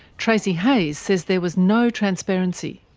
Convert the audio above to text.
tracey hayes says there was no transparency.